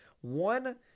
One